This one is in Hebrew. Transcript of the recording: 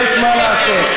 יש מה לעשות.